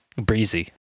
Breezy